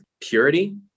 purity